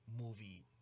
movie